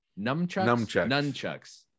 nunchucks